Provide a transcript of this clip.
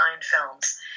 films